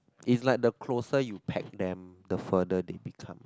it's like the closer you pack them the further they become